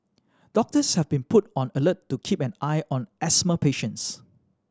doctors have been put on alert to keep an eye on asthma patients